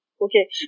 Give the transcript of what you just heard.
Okay